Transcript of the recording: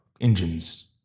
engines